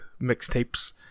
mixtapes